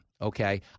okay